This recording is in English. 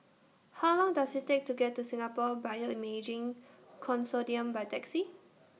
How Long Does IT Take to get to Singapore Bioimaging Consortium By Taxi